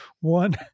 one